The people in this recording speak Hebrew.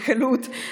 בקלות,